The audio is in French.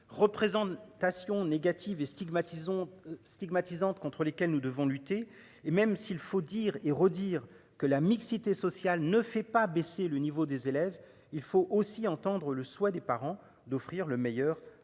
représentations négatives et stigmatisons stigmatisante contre lesquels nous devons lutter et même s'il faut dire et redire que la mixité sociale ne fait pas baisser le niveau des élèves, il faut aussi entendre le soit des parents d'offrir le meilleur